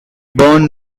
born